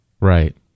Right